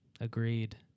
Agreed